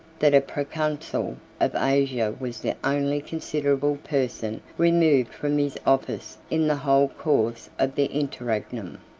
that a proconsul of asia was the only considerable person removed from his office in the whole course of the interregnum.